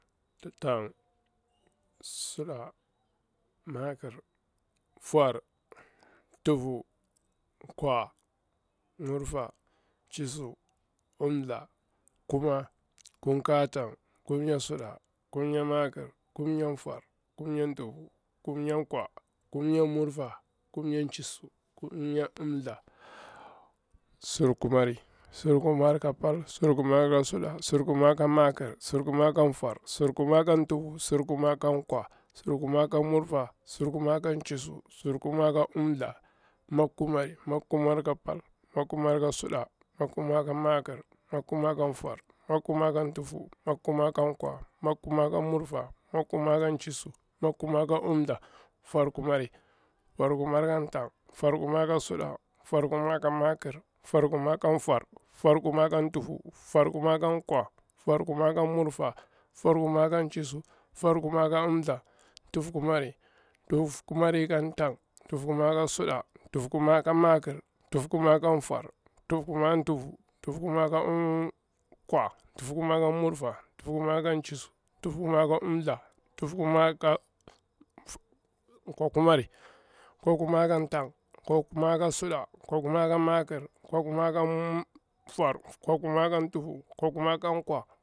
Tang, suɗa, makir, fwar thfu, kwa, murfa, chisu, umtha, kuma, kum ka tangi, kumnya suɗa, kumnya makir, kum nya fwar, kum nya thfu, kumnya kwa, kumnya murfa, kum nya thisu, kumnya lintha, surkumari, surkumar ka pal, sirkumar ka suɗa, sur kumar ka makir, sur kumar ka fwar, sur kumari ka tufu, surkumari ka kwa, surkumari ka murfa, surkumari ka chisu, surkumari ka umtha, maku mari, makumari ka pal, makumari ka suɗa, makumari ka maƙi, makumari ka fwar, makumari ka tufu, makumari ka kwa, makumari ka murfa, makumari ka chisu, makumari ka umtha, fwarkumari, fwarkumari ka tang, fwat kumari ka suɗa, fwarkumari ka makir, fwarkumari ka fwar, fwarkumari ka tufu, fwarkumari fwarkumari ka chisu, fwarkumari ka umtha, tufkumari. Tufkumari ka tang, tufkumari ka suɗa, tufkumari ka makir, tufkumari ka fwar, tufkumari ka tufu, tufkumari ka kwa, tufkumari ka murfa, tufkumari ka chisu, tufkumari ka umtha, kwakumari, kwakumari ka tang, kwakumari ka suɗa, kwakumari ka makir, kwaku mari ka fwar, kwakumari ka tufu, kwa kumari ka kwa.